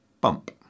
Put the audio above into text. bump